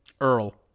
Earl